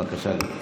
בבקשה, גברתי.